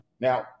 now